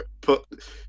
put